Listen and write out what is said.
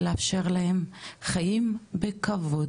זה לאפשר להם חיים בכבוד,